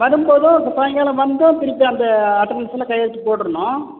வரும்போதும் சாய்ங்காலம் வந்தும் திருப்பி அந்த அட்டனன்ஸில் கையெழுத்து போட்டுருணும்